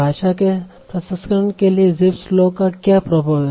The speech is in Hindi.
भाषा के प्रसंस्करण के लिए Zipf's लॉ का क्या प्रभाव है